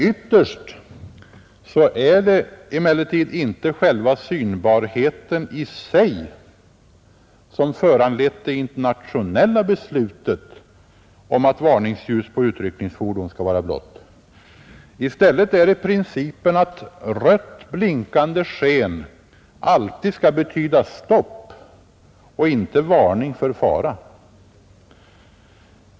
Ytterst är det emellertid inte själva synbarheten i sig som föranlett det internationella beslutet om att varningsljus på utryckningsfordon skall vara blått; i stället är det principen att rött blinkande sken alltid skall betyda stopp och inte varning för fara.